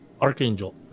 Archangel